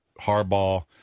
Harbaugh